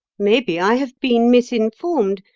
maybe i have been misinformed,